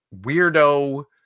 weirdo